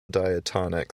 diatonic